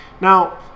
Now